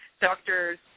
doctors